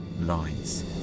Lines